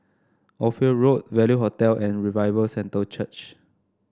Ophir Road Value Hotel and Revival Centre Church